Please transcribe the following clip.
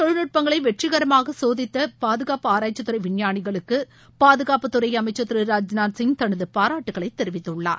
தொழில்நுட்பங்களை வெற்றிகரமாக சோதித்த பாதுகாப்பு புதிய ஆராய்ச்சி துறை விஞ்ஞானிகளுக்கு பாதுகாப்புத்துறை அமைச்சர் திரு ராஜ்நாத் சிங் தனது பாராட்டுக்களை தெரிவித்துள்ளார்